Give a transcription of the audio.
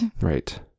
Right